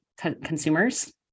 consumers